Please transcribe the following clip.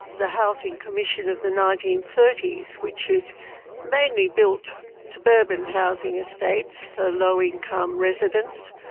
the housing commission of the nineteen thirty s, which had mainly built suburban housing estates for low income residents,